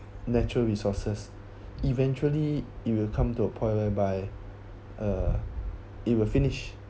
natural resources eventually it will come to a point whereby uh it will finish